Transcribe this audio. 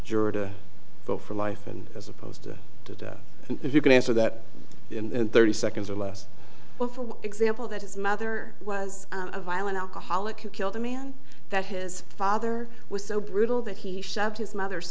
juror to vote for life and as opposed to if you can answer that in thirty seconds or less well for example that his mother was a violent alcoholic who killed a man that his father was so brutal that he shoved his mother's